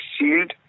sealed